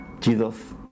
Jesus